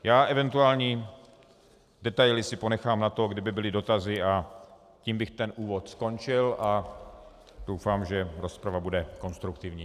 Já si eventuální detaily ponechám na to, kdyby byly dotazy, a tím bych ten úvod skončil a doufám, že rozprava bude konstruktivní.